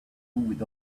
with